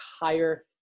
higher